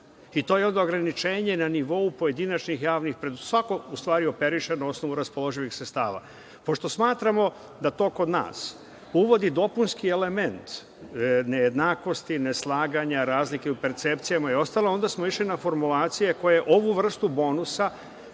To je ograničenje na nivou pojedinačnih javnih preduzeća. Svako u stvari operiše na osnovu raspoloživih sredstava. Pošto smatramo da to kod nas uvodi dopunski element nejednakosti, neslaganja, razlike u percepcijama i ostalo, onda smo išli na formulacije koje ovu vrstu bonusa